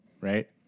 right